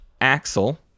axel